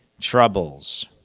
troubles